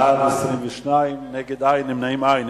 בעד, 22, נגד, אין, נמנעים, אין.